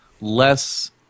less